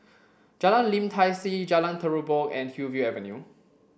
Jalan Lim Tai See Jalan Terubok and Hillview Avenue